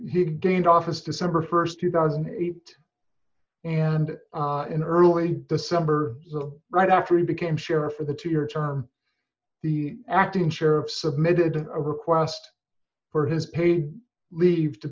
he gained office december st two thousand and eight and in early december right after he became sheriff for the two year term the acting sheriff submitted a request for his paid leave to